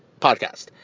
podcast